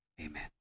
Amen